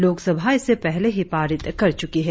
लोकसभा इसे पहले ही पारित कर चुकी है